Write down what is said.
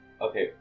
Okay